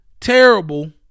Terrible